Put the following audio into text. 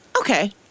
Okay